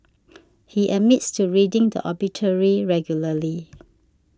he admits to reading the obituary regularly